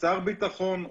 שר ביטחון,